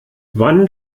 wann